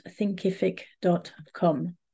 thinkific.com